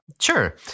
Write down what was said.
Sure